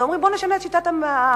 אומרים: בואו נשנה את שיטת הבחירות.